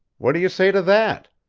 what do you say to that?